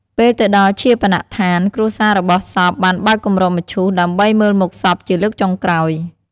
ពេលទៅដល់ឈាបនដ្ឋានគ្រួសាររបស់សពបានបើកគម្របមឈូសដើម្បីមើលមុខសពជាលើកចុងក្រោយ។